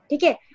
Okay